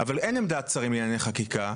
אבל אין עמדת שרים לענייני חקיקה.